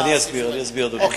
אני אסביר, אדוני.